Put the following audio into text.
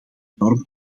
enorm